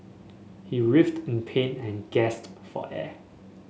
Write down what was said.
he writhed in pain and gasped for air